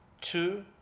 Two